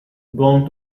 gone